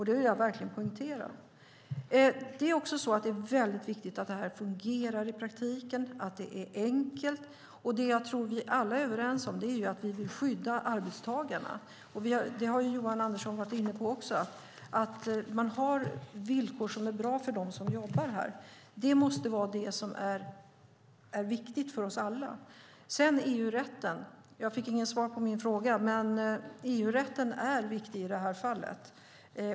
Det vill jag verkligen poängtera. Det är mycket viktigt att detta fungerar i praktiken och att det är enkelt. Det som jag tror att vi alla är överens om är att vi vill skydda arbetstagarna. Det har Johan Andersson också varit inne på. Att man har villkor som är bra för dem som jobbar här måste vara det som är viktigt för oss alla. Jag fick inget svar på min fråga om EU-rätten. Men EU-rätten är viktig i detta fall.